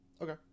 Okay